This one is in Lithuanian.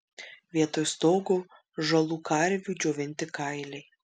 vietoj stogo žalų karvių džiovinti kailiai